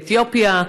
מאתיופיה.